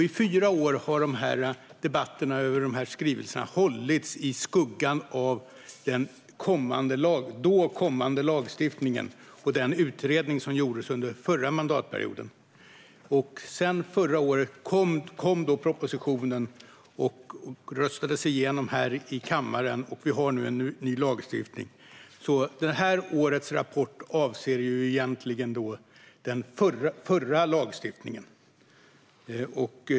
I fyra år har debatterna om dessa skrivelser hållits i skuggan av den då kommande lagstiftningen och den utredning som gjordes under förra mandatperioden. Förra året kom så propositionen och röstades igenom här i kammaren. Vi har nu en ny lagstiftning. Årets rapport avser egentligen därför den förra lagstiftningen.